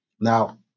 Now